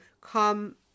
come